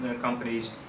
companies